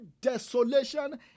desolation